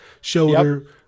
shoulder